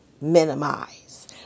Minimize